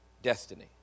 destiny